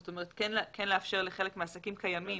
זאת אומרת, כן לאפשר לחלק מהעסקים הקיימים